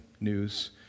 news